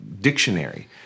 dictionary